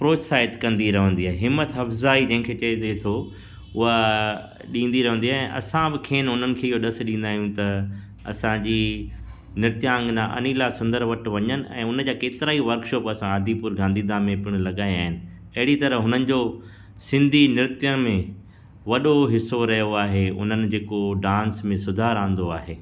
प्रोत्साहित कंदी रहंदी आहे ई हिमत अफ़ज़ाई जेके चइजे थो उहा ॾींदी रहंदी आहे असां ब खेन उन्हनि खे ॾस ॾींदा आहियूं त असांजी नृत्यांगना अनीला सुंदरु वटि वञनि ऐं उनजा केतिरा ई वर्कशॉप असां आदिपुर में गांधीधाम में पिण लॻाया आहिनि अहिड़ी तरह हुननि जो सिंधी नृत्य में वॾो हिसो रहियो आहे उन्हनि जेको डांस में सुधारु आंदो आहे